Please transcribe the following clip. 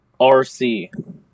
RC